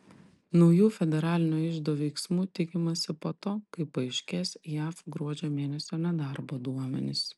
naujų federalinio iždo veiksmų tikimasi po to kai paaiškės jav gruodžio mėnesio nedarbo duomenys